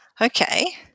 Okay